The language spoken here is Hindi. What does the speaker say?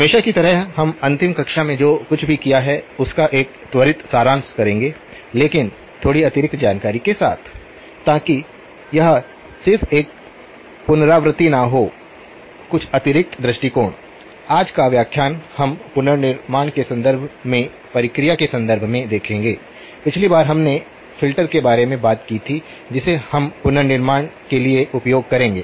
हमेशा की तरह हम अंतिम कक्षा में जो कुछ भी किया है उसका एक त्वरित सारांश करेंगे लेकिन थोड़ी अतिरिक्त जानकारी के साथ ताकि यह सिर्फ एक पुनरावृत्ति न हो कुछ अतिरिक्त दृष्टिकोण आज का व्याख्यान हम पुनर्निर्माण के संदर्भ में प्रक्रिया के संदर्भ में देखेंगे पिछली बार हमने फ़िल्टर के बारे में बात की थी जिसे हम पुनर्निर्माण के लिए उपयोग करेंगे